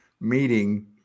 meeting